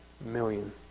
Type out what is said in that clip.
million